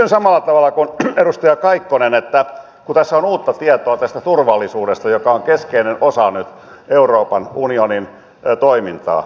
kysyn samalla tavalla kuin edustaja kaikkonen kun tässä on uutta tietoa tästä turvallisuudesta joka on nyt keskeinen osa euroopan unionin toimintaa